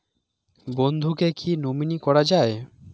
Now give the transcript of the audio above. বন্ধুকে কী নমিনি করা যায়?